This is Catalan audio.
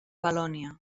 valònia